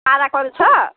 पार्कहरू छ